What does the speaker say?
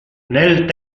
nel